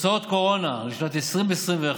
הוצאות קורונה לשנת 2021,